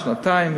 שנתיים,